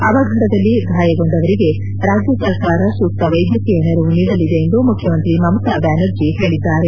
ಅವಘಡದಲ್ಲಿ ಗಾಯಗೊಂಡವರಿಗೆ ರಾಜ್ಯ ಸರ್ಕಾರ ಸೂಕ್ತ ವೈದ್ಯಕೀಯ ನೆರವು ನೀಡಲಿದೆ ಎಂದು ಮುಖ್ಯಮಂತ್ರಿ ಮಮತಾ ಬ್ಲಾನರ್ಜಿ ಹೇಳಿದ್ದಾರೆ